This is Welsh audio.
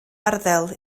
arddel